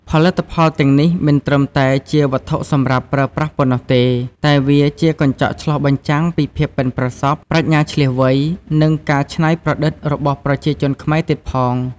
ផលិតផលទាំងនេះមិនត្រឹមតែជាវត្ថុសម្រាប់ប្រើប្រាស់ប៉ុណ្ណោះទេ តែវាជាកញ្ចក់ឆ្លុះបញ្ចាំងពីភាពប៉ិនប្រសប់ ប្រាជ្ញាឈ្លាសវៃ និងការច្នៃប្រឌិតរបស់ប្រជាជនខ្មែរទៀតផង។